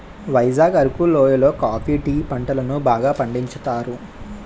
వైజాగ్ అరకు లోయి లో coffee tea పంటలను బాగా పండించుతారు